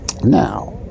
Now